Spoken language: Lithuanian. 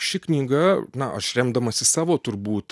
ši knyga na aš remdamasis savo turbūt